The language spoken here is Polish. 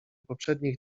poprzednich